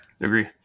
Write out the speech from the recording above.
agree